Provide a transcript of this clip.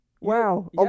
Wow